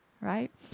right